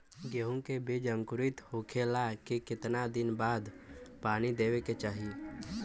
गेहूँ के बिज अंकुरित होखेला के कितना दिन बाद पानी देवे के होखेला?